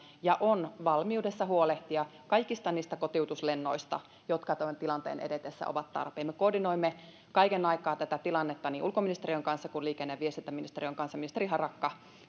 ja on valmiudessa huolehtia kaikista niistä kotiutuslennoista jotka tämän tilanteen edetessä ovat tarpeen me koordinoimme kaiken aikaa tätä tilannetta niin ulkoministeriön kanssa kuin liikenne ja viestintäministeriön kanssa ministeri harakka